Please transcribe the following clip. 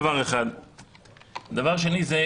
נקודה שנייה,